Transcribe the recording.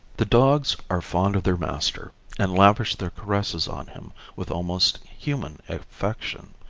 the dogs are fond of their master and lavish their caresses on him with almost human affection.